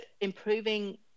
improving